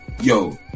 yo